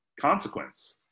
consequence